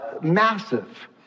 Massive